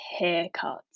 haircuts